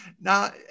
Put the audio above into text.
Now